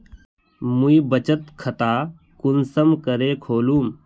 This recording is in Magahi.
मुई बचत खता कुंसम करे खोलुम?